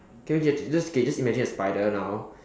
can you just just okay just imagine a spider now